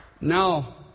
now